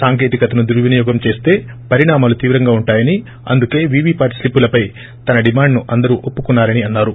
సాంకేతికతను దుర్వినియోగం చేస్తే పరిణామాలు తీవ్రంగా ఉంటాయని అందుకే వీవీ ప్యాట్ స్లిప్పులపై తన డిమాండ్ను అందరూ ఒప్పుకున్నారని అన్నారు